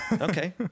Okay